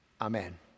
Amen